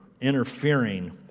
interfering